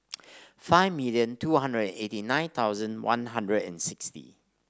five million two hundred and eighty nine thousand One Hundred and sixty